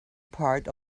part